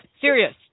serious